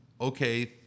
okay